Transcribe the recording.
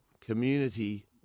Community